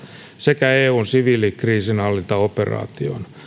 sekä eun siviilikriisinhallintaoperaatioon